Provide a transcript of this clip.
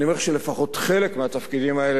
אני אומר שלפחות חלק מהתפקידים האלה